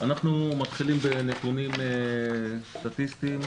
אנחנו מתחילים בנתונים סטטיסטיים,